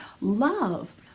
love